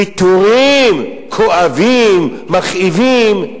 ויתורים כואבים, מכאיבים.